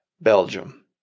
Belgium